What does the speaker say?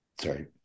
Sorry